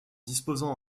disposant